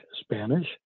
Spanish